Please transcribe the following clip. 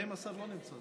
בינתיים השר לא נמצא.